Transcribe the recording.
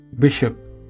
Bishop